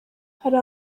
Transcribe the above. hari